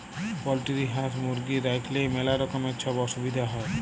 poultry হাঁস, মুরগি রাইখলেই ম্যালা রকমের ছব অসুবিধা হ্যয়